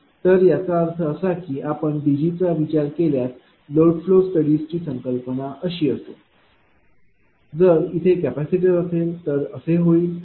तर याचा अर्थ असा की आपण DG चा विचार केल्यास लोड फ्लो स्टडीज ची संकल्पना अशी असेल जर इथे कॅपेसिटर असेल तर असे होईल